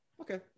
Okay